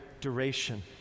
duration